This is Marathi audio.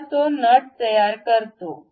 तर तो नट तयार करतो